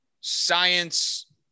science